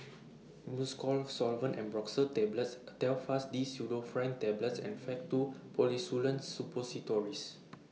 Mucosolvan Ambroxol Tablets A Telfast D Pseudoephrine Tablets and Faktu Policresulen Suppositories